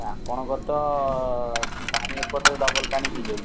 ଆପଣଙ୍କ ତ ପାଣି ଏପଟେ ଡବଲ୍ ପାଣି ହୋଇଯାଉଛି